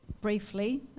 briefly